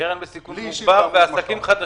בסיכון מוגבר ועסקים חדשים.